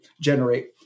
generate